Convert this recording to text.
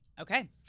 okay